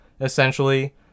essentially